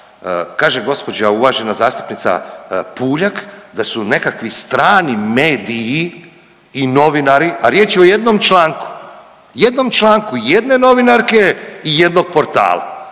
Kaže gospođa uvažena zastupnica Puljak da su nekakvi strani mediji i novinari, a riječ je o jednom članku, jednom članku jedne novinarke i jednog portala,